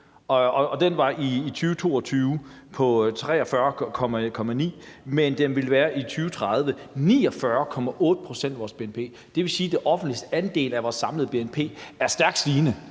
og den var i 2022 på 43,9 pct., men den vil i 2030 være 49,8 pct. af vores bnp. Det vil sige, at det offentliges andel af vores samlede bnp er stærkt stigende